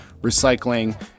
recycling